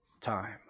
time